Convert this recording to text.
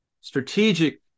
strategic